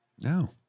No